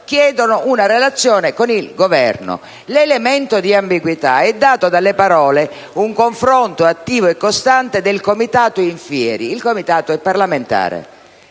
chiedono un confronto con il Governo. L'elemento di ambiguità è dato dalle parole «un confronto attivo e costante del Comitato *in* *fieri*»: il Comitato è parlamentare